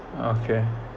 okay